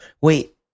wait